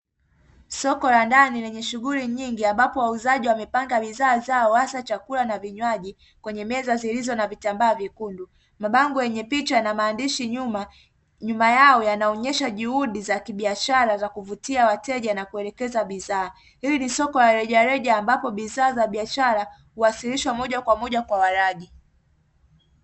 Soko la ndani lenye shughuli nyingi ambapo wauzaji wamepanga bizaa zao, hasa chakula na vinywaji kwenye meza zilizo na vitambaa vyekundu mabango yenye picha na maandishi nyuma nyuma yao yanaonyesha juhudi za kibiashara za kuvutia wateja na kuelekeza bidhaa, hili ni soko la rejareja ambapo bidhaa za biashara kuwasilishwa moja kwa moja kwa walaji.